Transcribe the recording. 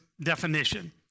definition